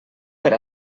per